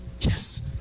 Yes